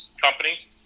company